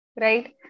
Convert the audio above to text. right